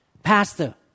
Pastor